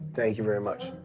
thank you very much.